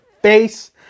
face